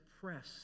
press